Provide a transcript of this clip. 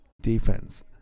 defense